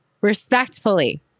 respectfully